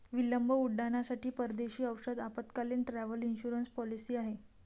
विलंब उड्डाणांसाठी परदेशी औषध आपत्कालीन, ट्रॅव्हल इन्शुरन्स पॉलिसी आहे